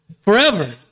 forever